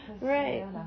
Right